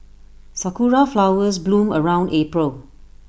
Sakura Flowers bloom around April